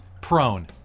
prone